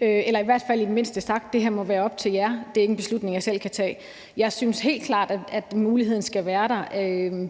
inden eller i det mindste sagt: Det her må være op til jer; det er ikke en beslutning, jeg selv kan tage. Jeg synes helt klart, at muligheden skal være der,